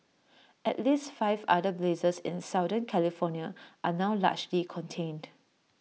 at least five other blazes in southern California are now largely contained